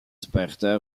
sparta